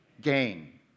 Gain